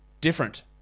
different